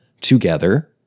together